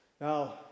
Now